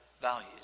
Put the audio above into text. values